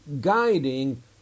guiding